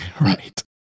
Right